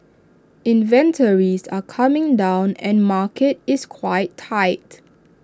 inventories are coming down and market is quite tight